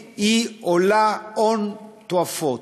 עולות הון תועפות.